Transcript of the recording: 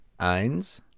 Eins